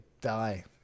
die